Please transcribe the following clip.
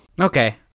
Okay